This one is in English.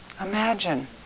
Imagine